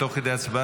תוך כדי הצבעה,